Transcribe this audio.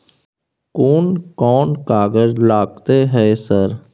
कोन कौन कागज लगतै है सर?